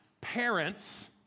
parents